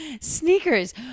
Sneakers